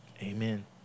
amen